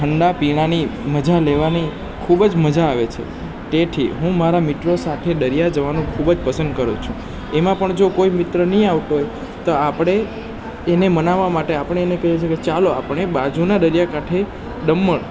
ઠંડા પીણાની મજા લેવાની ખૂબ જ મજા આવે છે તેથી હું મારા મિત્રો સાથે દરિયાએ જવાનું ખૂબ જ પસંદ કરું છું એમાં પણ જો કોઈ મિત્ર નહીં આવતો હોય તો આપણે એને મનાવવા માટે આપણે એને કહીએ છીએ કે ચાલો આપણે બાજુના દરિયાકાંઠે દમણ